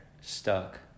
stuck